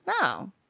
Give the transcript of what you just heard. No